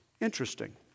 Interesting